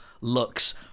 looks